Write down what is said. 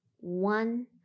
one